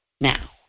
now